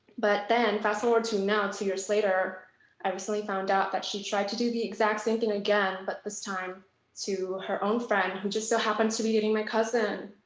but then fast forward to now two years later i recently found out that she tried to do the exact same thing again, but this time to her own friend who just so happened to be dating my cousin.